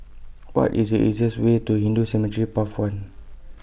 What IS The easiest Way to Hindu Cemetery Path one